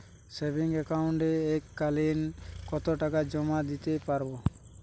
Savings একাউন্টে এক কালিন কতটাকা জমা দিতে পারব?